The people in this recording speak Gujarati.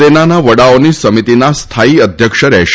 સેનાના વડાઓની સમિતિના સ્થાયી અધ્યક્ષ રહેશે